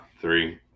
three